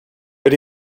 but